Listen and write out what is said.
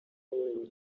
doing